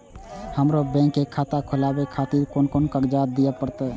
हमरो बैंक के खाता खोलाबे खातिर कोन कोन कागजात दीये परतें?